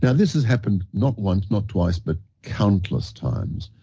yeah this has happened not once, not twice, but countless times.